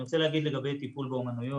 אני רוצה להגיד לגבי טיפול באמנויות,